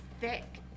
thick